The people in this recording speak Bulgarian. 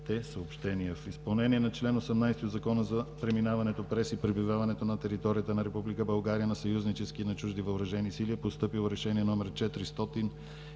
съобщения. В изпълнение на чл. 18 от Закона за преминаването през и пребиваването на територията на Република България на съюзнически и на чужди въоръжени сили е постъпило Решение № 413